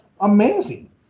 amazing